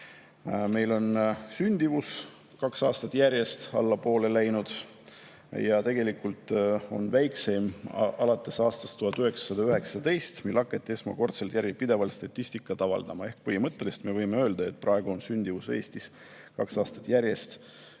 Meil on sündimus kaks aastat järjest allapoole läinud ja on tegelikult väikseim alates aastast 1919, mil hakati esmakordselt järjepidevalt statistikat avaldama. Ehk põhimõtteliselt me võime öelda, et praegu on sündimus Eestis kaks aastat järjest